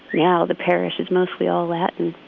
now the parish is mostly all latin.